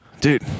Dude